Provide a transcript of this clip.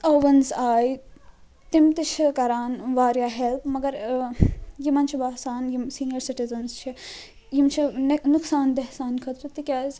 اُووَنٕز آیہِ تِم تہِ چھِ کران واریاہ ہیٚلٕپ مگر ٲں یِمن چھُ باسان یم سیٖنیَر سِٹیٖزَنٕز چھِ یم چھِ نۄقصان دیٚہ سانہِ خٲطرٕ تِکیٛاز